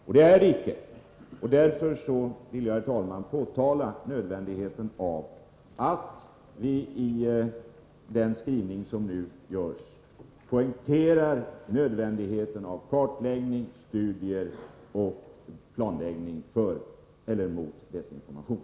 Men det är det icke, och därför, herr talman, vill jag framhålla att vi i den skrivning som nu görs måste poängtera nödvändigheten av kartläggning, studier och planläggning mot desinformation.